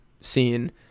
scene